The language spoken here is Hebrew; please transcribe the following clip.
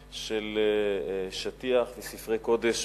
2. האם נבחנו גורמי הסיכון?